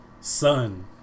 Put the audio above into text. Son